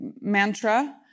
mantra